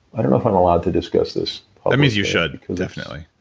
i don't know if i'm allowed to discuss this that means you should, definitely.